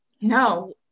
No